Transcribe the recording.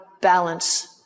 balance